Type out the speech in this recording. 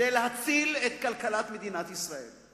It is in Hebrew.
כדי להציל את כלכלת מדינת ישראל.